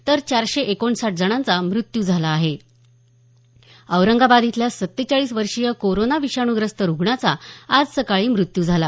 तर चारशे एकोणसाठ जणांचा मृत्यू झाला आहे औरंगाबाद इथल्या सत्तेचाळीस वर्षीय कोरोना विषाण्ग्रस्त रुग्णाचा आज सकाळी मृत्यू झाला